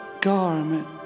garment